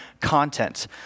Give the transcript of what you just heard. content